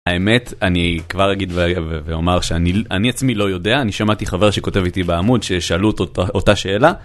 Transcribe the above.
האמת אני כבר אגיד ואומר שאני אני עצמי לא יודע אני שמעתי חבר שכותב איתי בעמוד ששאלו אותו אותה שאלה.